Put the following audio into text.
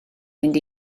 mynd